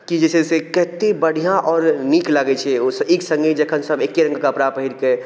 कि जे छै से केते बढिऑं आओर नीक लागै छै ओहि सऽ एक संगे जखन सब एके रंग कपड़ा पहिर के